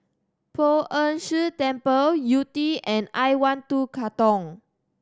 Poh Ern Shih Temple Yew Tee and I One Two Katong